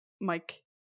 Mike